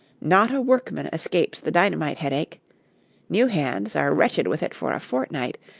not a workman escapes the dynamite-headache new hands are wretched with it for a fortnight,